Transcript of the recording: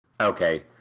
Okay